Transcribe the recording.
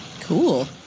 Cool